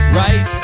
right